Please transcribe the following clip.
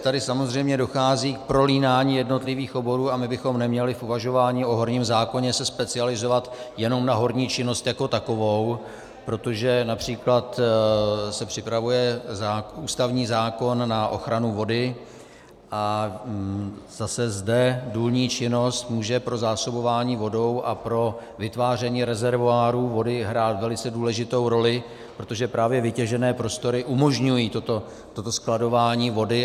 Tady samozřejmě dochází k prolínání jednotlivých oborů a my bychom se neměli v uvažování o horním zákoně specializovat jenom na horní činnost jako takovou, protože například se připravuje ústavní zákon na ochranu vody a zase zde důlní činnost může pro zásobování vodou a pro vytváření rezervoárů vody hrát velice důležitou roli, protože právě vytěžené prostory umožňují toto skladování vody.